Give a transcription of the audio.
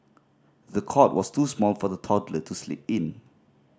the cot was too small for the toddler to sleep in